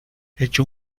echo